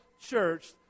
church